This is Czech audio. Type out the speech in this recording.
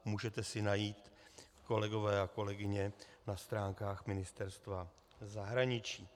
Můžete si najít, kolegové a kolegyně, na stránkách Ministerstva zahraničí.